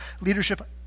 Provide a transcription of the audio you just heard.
leadership